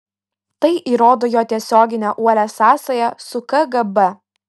tai įrodo jo tiesioginę uolią sąsają su kgb